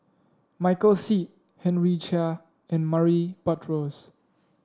Michael Seet Henry Chia and Murray Buttrose